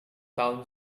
tahun